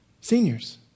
Seniors